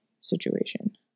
situation